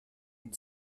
une